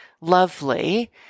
lovely